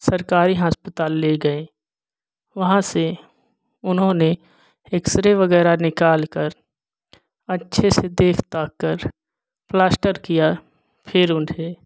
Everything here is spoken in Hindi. सरकारी अस्पताल ले गये वहाँ से उन्होंने एक्स रे वगैरह निकालकर अच्छे से देख दाख कर पलास्टर किया फिर उन्हें